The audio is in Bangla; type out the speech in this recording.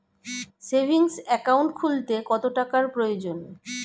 সেভিংস একাউন্ট খুলতে কত টাকার প্রয়োজন?